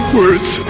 words